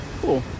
Cool